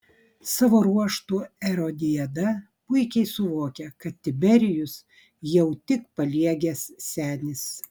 savo ruožtu erodiada puikiai suvokia kad tiberijus jau tik paliegęs senis